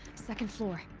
second floor.